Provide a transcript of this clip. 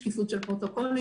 שקיפות של פרוטוקולים,